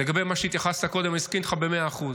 לגבי מה שהתייחסת קודם: אני מסכים איתך במאה אחוז,